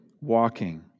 walking